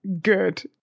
good